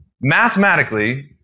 mathematically